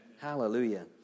Hallelujah